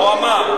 הוא אמר: